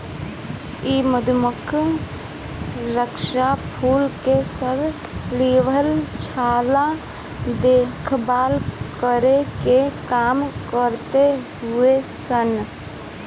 इ मधुमक्खी मधु खातिर फूल के रस लियावे, छत्ता के देखभाल करे के काम करत हई सन